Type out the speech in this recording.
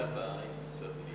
למה אתה אומר "קריצת עין"?